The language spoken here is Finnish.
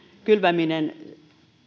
kylväminen